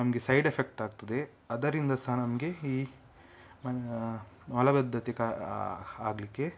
ನಮಗೆ side effect ಆಗ್ತದೆ ಅದರಿಂದ ಸಹ ನಮಗೆ ಈ ಮಲಬದ್ದತೆ ಆಗಲಿಕ್ಕೆ